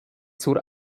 zur